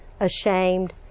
ashamed